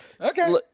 Okay